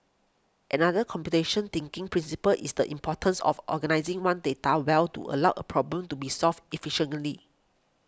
another computation thinking principle is the importance of organising one's data well to allow a problem to be solved efficiently